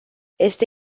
este